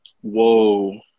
Whoa